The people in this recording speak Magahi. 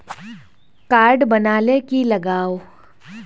कार्ड बना ले की लगाव?